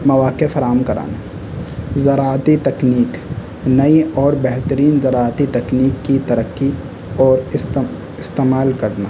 مواقع فراہم کرانا زراعتی تکنیک نئی اور بہترین زراعتی تکنیک کی ترقی اور استعمال کرنا